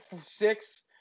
six